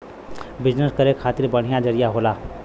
business करे खातिर बढ़िया जरिया होला